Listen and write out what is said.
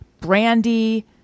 brandy